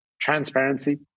transparency